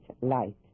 light